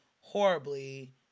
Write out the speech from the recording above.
horribly